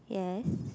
yes